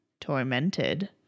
tormented